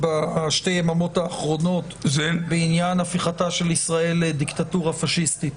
בשתי היממות האחרונות בעניין הפיכתה של ישראל לדיקטטורה פשיסטית.